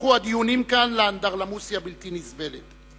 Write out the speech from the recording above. הפכו הדיונים כאן לאנדרלמוסיה בלתי נסבלת?